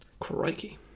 crikey